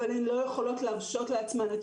אבל הן לא יכולות להרשות לעצמן את